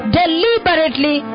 deliberately